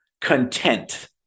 content